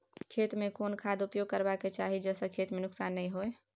खेत में कोन खाद उपयोग करबा के चाही जे स खेत में नुकसान नैय होय?